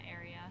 area